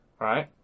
right